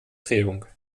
drehung